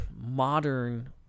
modern